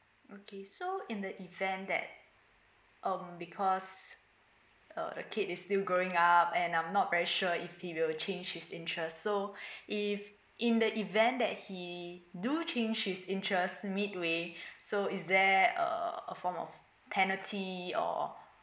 okay so in the event that um because uh the kid is still growing up and I'm not very sure if he will change his interest so if in the event that he do change his interest mid way so is there err a form of penalty or